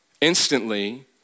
instantly